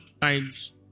times